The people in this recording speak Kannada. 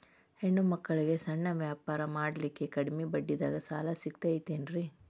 ಹೆಣ್ಣ ಮಕ್ಕಳಿಗೆ ಸಣ್ಣ ವ್ಯಾಪಾರ ಮಾಡ್ಲಿಕ್ಕೆ ಕಡಿಮಿ ಬಡ್ಡಿದಾಗ ಸಾಲ ಸಿಗತೈತೇನ್ರಿ?